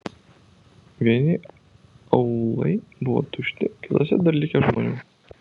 vieni aūlai buvo tušti kituose dar likę žmonių